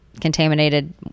contaminated